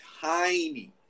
tiny